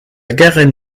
garenne